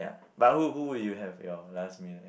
but who who who you have your last meal